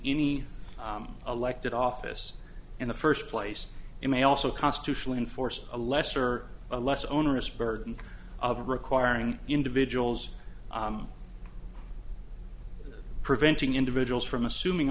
any elected office in the first place you may also constitutionally enforce a lesser less onerous burden of requiring individuals preventing individuals from assuming